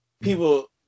people